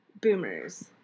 boomers